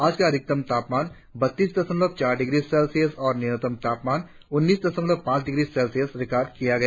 आज का अधिकतम तापमान बत्तीस दशमलव चार डिग्री सेल्सियस और न्यूनतम तापमान उन्नीस दशमलव पांच डिग्री सेल्सियस रिकार्ड किया गया